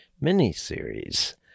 mini-series